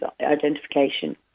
identification